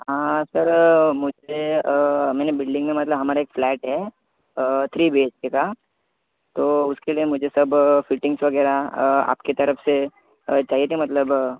हां सर मुझे मैने बिल्डींगमधला हमारा एक फ्लॅट है थ्री बी एच केका तो उसके लिए मुझे सब फिटींग्स वगैरा आपके तरफ से चाहिए थे मतलब